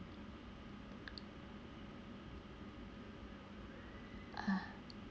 ah